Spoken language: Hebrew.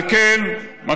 אפרופו מכחיש שואה.